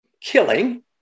killing